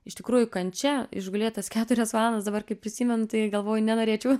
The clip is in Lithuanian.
iš tikrųjų kančia išgulėt tas keturias valandas dabar kai prisimenu tai galvoju nenorėčiau